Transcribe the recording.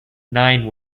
nine